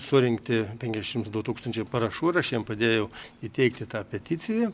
surinkti penkiasšims du tūkstančiai parašų ir aš jiem padėjau įteikti tą peticiją